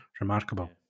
Remarkable